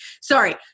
sorry